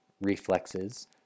reflexes